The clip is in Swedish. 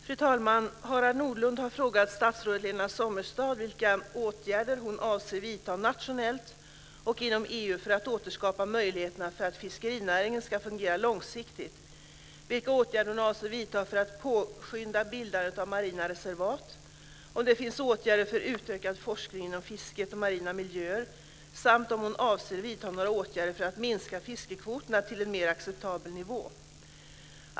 Fru talman! Harald Nordlund har frågat statsrådet Lena Sommestad vilka åtgärder hon avser att vidta nationellt och inom EU för att återskapa möjligheterna för att fiskerinäringen ska fungera långsiktigt, vilka åtgärder hon avser att vidta för att påskynda bildandet av marina reservat, om det finns åtgärder för utökad forskning inom fisket och marina miljöer samt om hon avser att vidta några åtgärder för att minska fiskekvoterna till en mer acceptabel nivå.